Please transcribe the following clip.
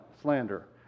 slander